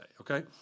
okay